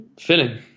filling